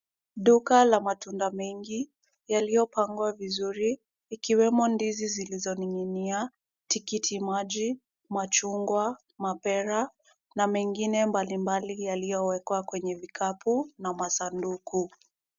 Duka la matunda mengi yaliyopangwa vizuri, ikiwemo ndizi zilizoning'inia, tikiti maji, machungwa, mapera na mengine mbali mbali yaliyowekwa kwenye vikapu na masanduku.